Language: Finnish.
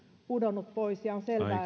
pudonnut pois ja on selvää